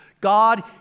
God